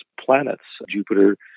planets—Jupiter